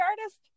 artist